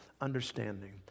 understanding